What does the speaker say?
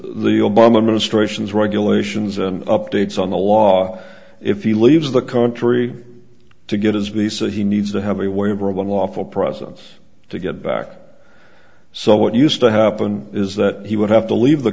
and updates on the law if he leaves the country to get his visa he needs to have a waiver a lawful process to get back so what used to happen is that he would have to leave the